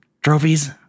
trophies